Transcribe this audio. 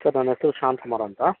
sir ನನ್ನ ಹೆಸರು ಶಾಂತ್ ಕುಮಾರ್ ಅಂತ